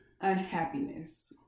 unhappiness